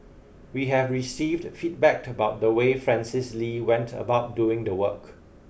we have received feedback about the way Francis Lee went about doing the work